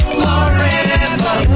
forever